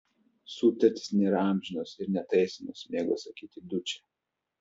sutartys nėra amžinos ir netaisomos mėgo sakyti dučė